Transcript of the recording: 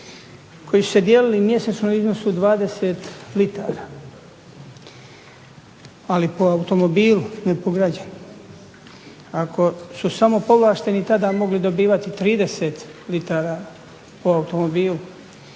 koji su se dijelili mjesečno u iznosu 20 litara, ali po automobilu ne po građaninu. Ako su samo povlašteni tada mogli dobivati 30l po automobilu,